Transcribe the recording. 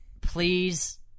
please